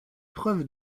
preuves